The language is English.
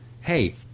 hey